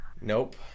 Nope